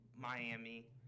Miami